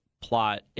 plot